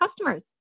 customers